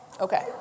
Okay